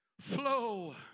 flow